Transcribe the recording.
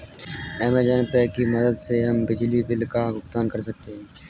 Amazon Pay की मदद से हम बिजली बिल का भुगतान कर सकते हैं